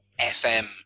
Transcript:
FM